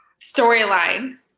storyline